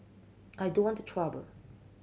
I don't want trouble